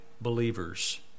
believers